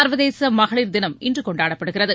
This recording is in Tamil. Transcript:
சர்வதேச மகளிர் தினம் இன்று கொண்டாடப்படுகிறது